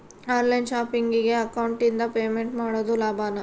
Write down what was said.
On line ಶಾಪಿಂಗಿಗೆ ಅಕೌಂಟಿಂದ payment ಮಾಡೋದು ಲಾಭಾನ?